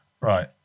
Right